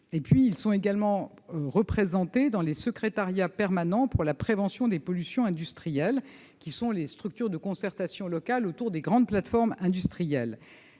Ils sont également représentés dans les secrétariats permanents pour la prévention des pollutions et des risques industriels, qui sont les structures de concertation locales autour des grandes plateformes industrielles.